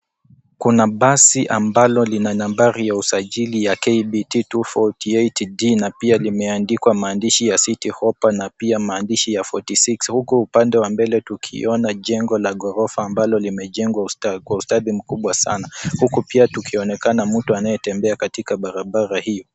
Kuna basi ambalo lina nambari ya usajili ya, KBT 248 D, na pia limeandikwa maandishi ya Citi hoppa, na pia maandishi ya 46. Huku upande wa mbele tukiona jengo la ghorofa ambalo limejengwa kwa ustadi mkubwa sana. Huku pia tukionekana mtu anayetembea katika barabara hiyo.